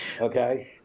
okay